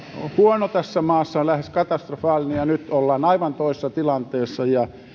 huono tässä maassa lähes katastrofaalinen ja nyt ollaan aivan toisessa tilanteessa